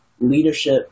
leadership